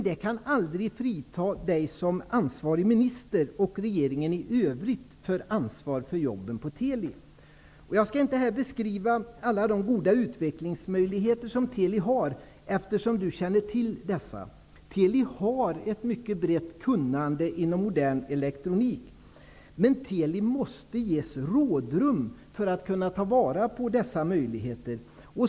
Det kan aldrig frita kommunikationsministern, som ansvarig minister, och regeringen i övrigt från ansvaret för jobben på Jag skall inte här beskriva alla de goda utvecklingsmöjligheter som Teli har, eftersom kommunikationsministern redan känner till dem. Teli har ett mycket brett kunnande inom modern elektronik. Men Teli måste ges rådrum för att kunna ta vara på dessa möjligheter.